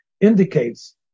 indicates